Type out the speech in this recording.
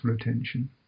attention